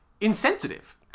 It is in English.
insensitive